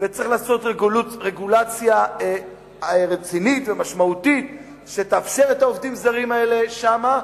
וצריך לעשות רגולציה רצינית ומשמעותית שתאפשר את העובדים הזרים האלה שם,